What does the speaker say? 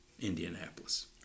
Indianapolis